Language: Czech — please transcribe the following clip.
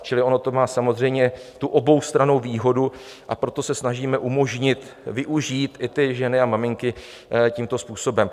Čili ono to má samozřejmě tu oboustrannou výhodu, a proto se snažíme umožnit využít i ty ženy a maminky tímto způsobem.